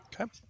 Okay